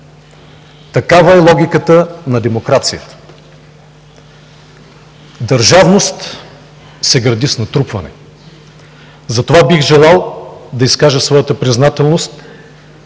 Такава е логиката на демокрацията. Държавност се гради с натрупване, затова бих желал да изкажа своята признателност